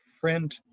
friend